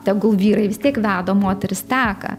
tegul vyrai vis tiek veda o moterys teka